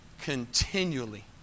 continually